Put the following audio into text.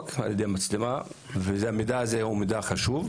ע"י מצלמה והמידע הזה הוא מידע חשוב,